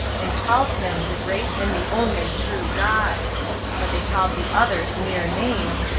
and called him the great and the only true god but they called the others mere names,